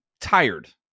tired